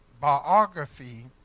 biography